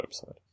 website